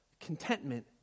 contentment